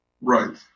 Right